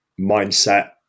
mindset